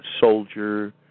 soldier